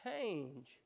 change